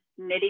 nitty